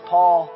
Paul